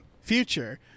future